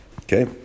Okay